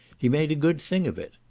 he made a good thing of it.